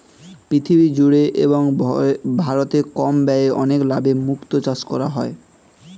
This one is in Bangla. পৃথিবী জুড়ে এবং ভারতে কম ব্যয়ে অনেক লাভে মুক্তো চাষ করা হয়